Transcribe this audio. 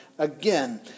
Again